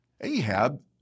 Ahab